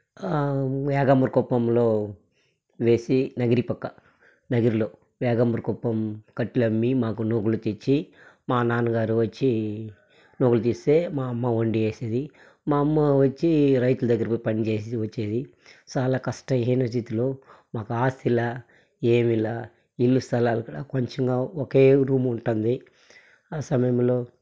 వేగమ్మ కుప్పంలో వేసి నగిరి పక్క నగిరిలో వేగమ్మ కుప్పం కట్లు అమ్మి మాకు నూకలు తెచ్చి మా నాన్నగారు వచ్చి నూకలు తీస్తే మా అమ్మ వండి వేసేది మా అమ్మ వచ్చి రైతుల దగ్గర పోయి పని చేసేది వచ్చేది సాలా కష్ట హీనస్థితిలో మాకు ఆస్తిలే ఏమీలే ఇల్లు స్థలాలు కూడ కొంచెంగా ఒకే రూమ్ ఉంటుంది ఆ సమయంలో